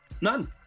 None